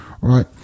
right